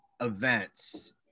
events